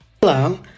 Hello